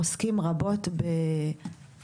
אנחנו עוסקים רבות בטיפול,